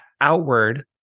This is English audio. outward